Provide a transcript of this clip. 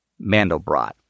Mandelbrot